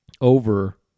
over